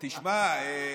תגיד: